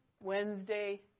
Wednesday